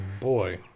boy